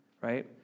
right